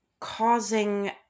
causing